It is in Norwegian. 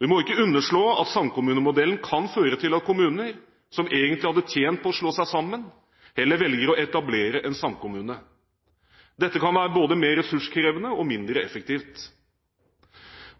Vi må ikke underslå at samkommunemodellen kan føre til at kommuner som egentlig hadde tjent på å slå seg sammen, heller velger å etablere en samkommune. Dette kan være både mer ressurskrevende og mindre effektivt.